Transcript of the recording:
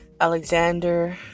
Alexander